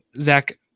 Zach